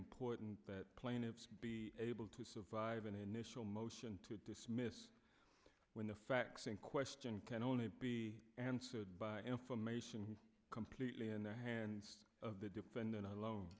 important that plaintiffs be able to survive an initial motion to dismiss when the facts in question can only be answered by information completely in the hands of the defendant alone